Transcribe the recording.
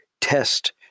test